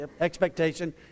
expectation